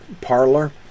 parlor